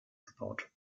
gebaut